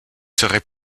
serait